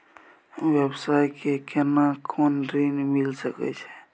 व्यवसाय ले केना कोन ऋन मिल सके छै?